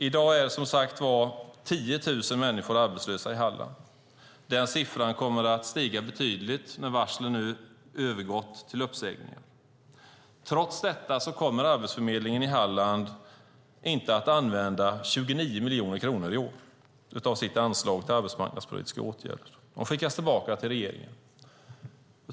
I dag är som sagt 10 000 människor arbetslösa i Halland. Siffran kommer att stiga betydligt när varslen nu har övergått till uppsägningar. Trots detta kommer Arbetsförmedlingen i Halland inte att använda 29 miljoner kronor av sitt anslag till arbetsmarknadspolitiska åtgärder i år. De skickas tillbaka till regeringen.